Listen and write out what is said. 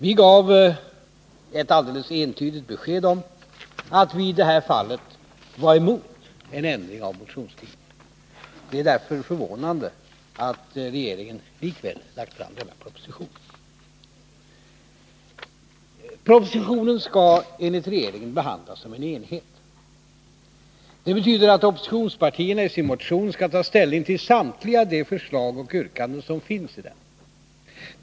Vi gav ett alldeles entydigt besked om att vi i detta fall var emot en ändring av motionstiden. Det är därför förvånande att regeringen likväl lagt fram denna proposition. Propositionen skall enligt regeringen behandlas som en enhet. Det betyder att oppositionspartierna i sin motion skall ta ställning till samtliga de förslag och yrkanden som finns i propositionen.